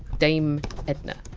dame edna